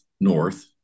north